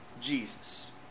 Jesus